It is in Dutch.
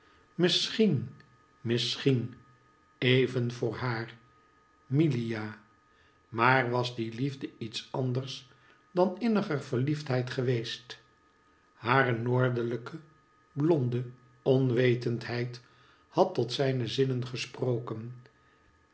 misschien misschien even voor haar milia maar was die liefde iets anders dan inniger verliefdheid geweest hare noordelijke blonde onwetendheid had tot zijne zinnen gesproken